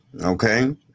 okay